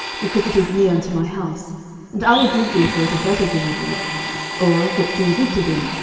because it is near unto my house and i will give thee for it a better vineyard than it or, if it seem good to thee,